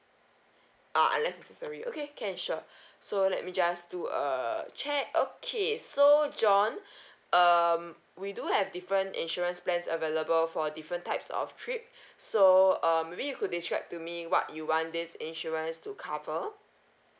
ah unless necessary okay can sure so let me just do a check okay so john um we do have different insurance plans available for different types of trip so uh maybe you could describe to me what you want this insurance to cover